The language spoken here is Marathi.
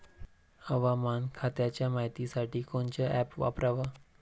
हवामान खात्याच्या मायतीसाठी कोनचं ॲप वापराव?